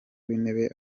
w’intebe